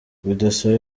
bidasaba